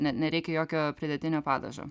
ne nereikia jokio pridėtinio padažo